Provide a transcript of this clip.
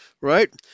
Right